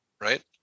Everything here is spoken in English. right